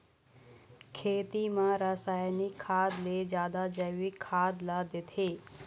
खेती म रसायनिक खाद ले जादा जैविक खाद ला देथे